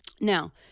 now